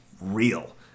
real